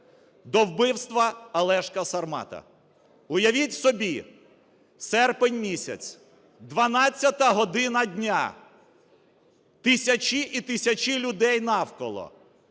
до вбивства Олешка ("Сармата") . Уявіть собі, серпень місяць, 12 година дня, тисячі і тисячі людей навколо,